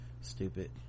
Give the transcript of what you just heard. stupid